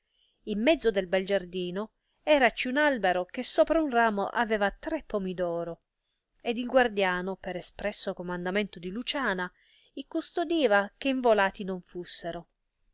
in mezzo del bel giardino eraci un albero che sopra un ramo aveva tre pomi d oro ed il guardiano per espresso comandamento di luciana i custodiva che involati non fussero